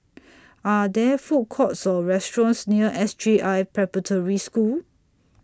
Are There Food Courts Or restaurants near S J I Preparatory School